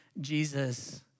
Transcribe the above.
Jesus